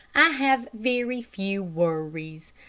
i have very few worries.